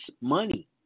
money